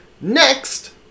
Next